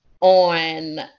on